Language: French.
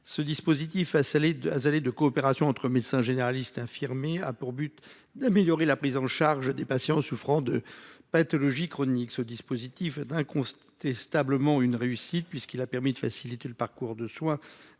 Ce dispositif de coopération entre médecins généralistes et infirmiers a pour objectif d’améliorer la prise en charge de patients souffrant de pathologies chroniques. Il s’agit incontestablement d’une réussite, puisqu’il a permis de faciliter le parcours de soins